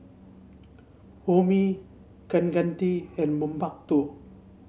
Homi Kaneganti and Mankombu